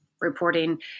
reporting